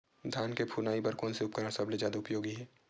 धान के फुनाई बर कोन से उपकरण सबले जादा उपयोगी हे?